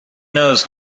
knows